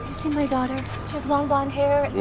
seen my daughter? she has long, blonde hair.